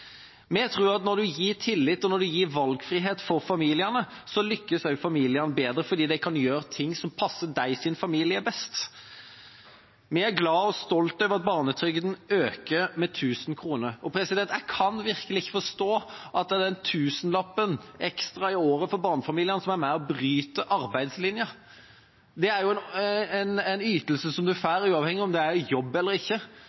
Vi tror at når en gir tillit, og når en gir valgfrihet for familiene, så lykkes også familiene bedre, fordi de da kan gjøre ting som passer deres familie best. Vi er glad for og stolt over at barnetrygden øker med 1 000 kr. Jeg kan virkelig ikke forstå at den tusenlappen ekstra i året for barnefamiliene er med og bryter arbeidslinja. Dette er jo en ytelse en får uavhengig av om en er i jobb eller ikke,